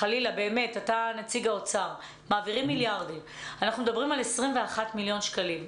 אנחנו מדברים על 21 מיליון שקלים.